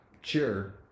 Sure